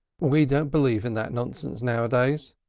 we don't believe in that nonsense now-a-days.